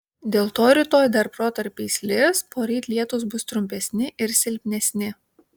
dėl to rytoj dar protarpiais lis poryt lietūs bus trumpesni ir silpnesni